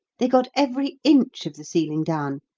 they got every inch of the ceiling down,